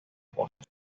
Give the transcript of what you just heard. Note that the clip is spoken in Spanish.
poste